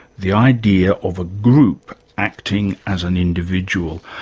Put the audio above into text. the idea of a group acting as an individual.